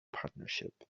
partnership